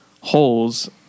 holes